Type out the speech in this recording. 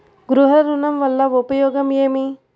గృహ ఋణం వల్ల ఉపయోగం ఏమి?